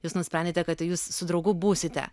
jūs nusprendėte kad jūs su draugu būsite